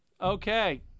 Okay